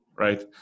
Right